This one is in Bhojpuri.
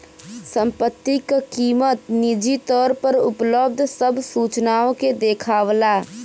संपत्ति क कीमत निजी तौर पर उपलब्ध सब सूचनाओं के देखावला